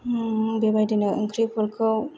बेबायदिनो ओंख्रिफोरखौ